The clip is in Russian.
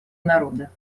народа